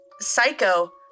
Psycho